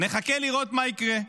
נחכה לראות מה יקרה.